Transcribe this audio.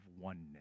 oneness